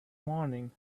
morning